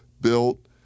built